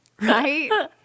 Right